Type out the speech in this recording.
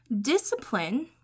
discipline